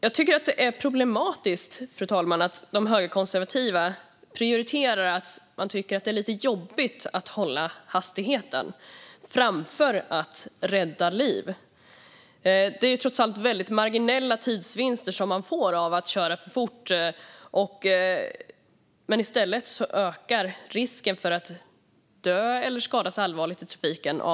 Jag tycker att det är problematiskt, fru talman, att de högerkonservativa prioriterar detta att människor tycker att det är lite jobbigt att hålla hastigheten och sätter det framför att rädda liv. Det är trots allt väldigt marginella tidsvinster man får av att köra fort, och i stället ökar risken avsevärt för att man ska dö eller skadas allvarligt i trafiken.